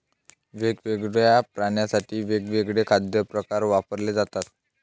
वेगवेगळ्या प्राण्यांसाठी वेगवेगळे खाद्य प्रकार वापरले जातात